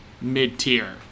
mid-tier